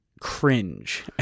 cringe